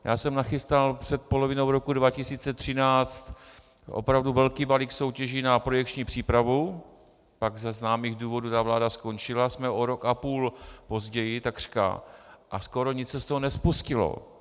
Já jsem nachystal před polovinou roku 2013 opravdu velký balík soutěží na projekční přípravu, pak ze známých důvodů ta vláda skončila, jsme o rok a půl později takřka a skoro nic se z toho nespustilo.